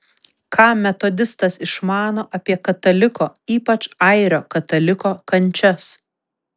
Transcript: ką metodistas išmano apie kataliko ypač airio kataliko kančias